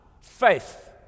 faith